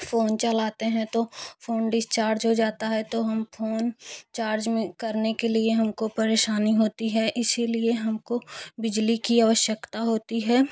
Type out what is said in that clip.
phone चलाते हैं तो फ़ोन डिस्चार्ज हो जाता है तो हम फ़ोन चार्ज में करने के लिए हम को परेशानी होती है इसी लिए हम को बिजली की आवश्यकता होती है